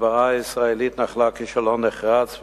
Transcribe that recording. ההסברה הישראלית נחלה כישלון חרוץ,